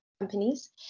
companies